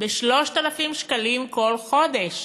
ב-3,000 שקלים כל חודש,